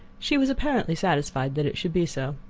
she was apparently satisfied that it should be so.